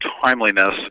timeliness